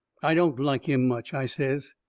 i don't like him much, i says.